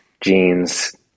jeans